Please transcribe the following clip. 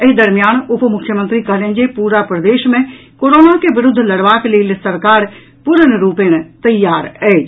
एहि दरमियान उप मुख्यमंत्री कहलनि जे पूरा प्रदेश मे कोरोना के विरूद्ध लड़बाक लेल सरकार पूर्ण रूपेण तैयार अछि